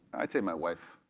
i'd say my wife.